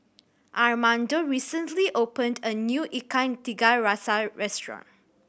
Armando recently opened a new Ikan Tiga Rasa restaurant